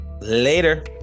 Later